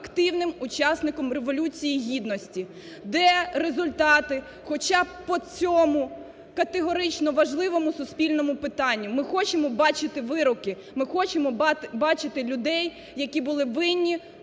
активним учасником Революції гідності: де результати хоча б по цьому категорично важливому суспільному питанні. Ми хочемо бачити вироки. Ми хочемо бачити людей, які були винні,